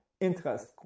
interest